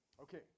Okay